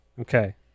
Okay